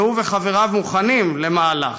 והוא וחבריו מוכנים למהלך.